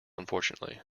unfortunately